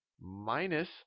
minus